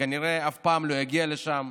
שכנראה אף פעם לא יגיע לשם.